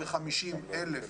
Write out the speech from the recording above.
תסתכל אלי.